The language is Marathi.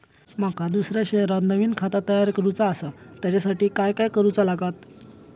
माका दुसऱ्या शहरात नवीन खाता तयार करूचा असा त्याच्यासाठी काय काय करू चा लागात?